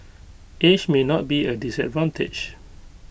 age may not be A disadvantage